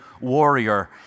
warrior